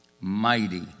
mighty